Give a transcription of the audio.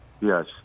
yes